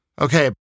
Okay